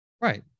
Right